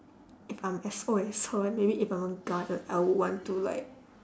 if I'm as old as her and maybe if I'm a guy like I would want to like